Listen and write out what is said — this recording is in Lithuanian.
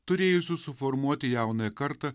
turėjusių suformuoti jaunąją kartą